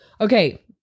Okay